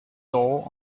door